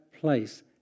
place